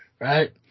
right